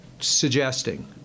suggesting